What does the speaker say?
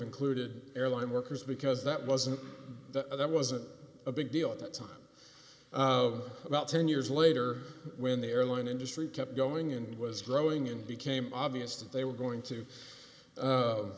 included airline workers because that wasn't that wasn't a big deal at the time of about ten years later when the airline industry kept going and was growing and became obvious that they were going to